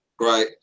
right